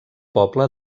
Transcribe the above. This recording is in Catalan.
poble